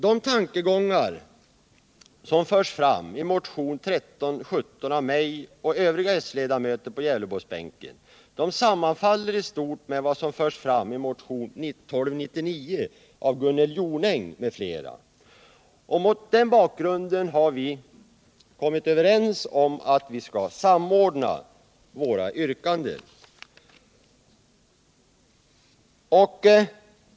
De tankegångar som förs fram i motionen 1317 av mig och övriga sledamöter på Gävleborgsbänken sammanfaller i stort med vad som förs fram i motionen 1299 av Gunnel Jonäng m.fl. Med anledning härav har vi kommit överens om att samordna våra yrkanden.